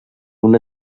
una